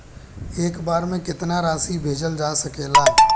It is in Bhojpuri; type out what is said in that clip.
एक बार में केतना राशि भेजल जा सकेला?